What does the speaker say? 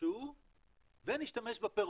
איפשהו ונשתמש בפירות.